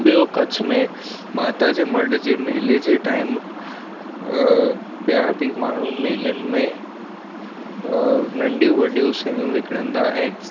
ॿियो कच्छ में माता जे मढ जे मेले जे टाइम ॿिया बि माण्हूं मेलन में नंढियूं वॾियूं शयूं विकिणंदा आहिनि